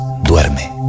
Duerme